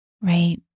right